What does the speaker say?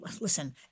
Listen